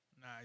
Nah